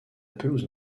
pelouse